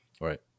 Right